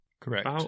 Correct